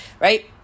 Right